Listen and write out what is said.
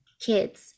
kids